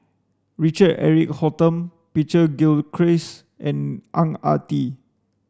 Richard Eric Holttum Peter Gilchrist and Ang Ah Tee